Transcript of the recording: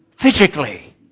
Physically